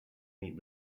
meet